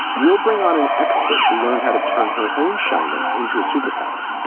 we'll bring on an expert who learned how to turn her own shyness into a superpower.